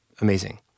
amazing